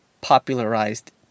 popularized